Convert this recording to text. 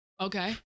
Okay